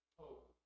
hope